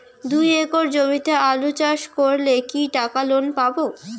দুই একর জমিতে আলু চাষ করলে কি টাকা লোন পাবো?